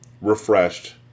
Refreshed